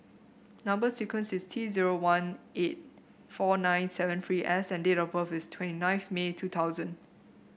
number sequence is T zero one eight four nine seven three S and date of birth is twenty ninth May two thousand